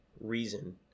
reason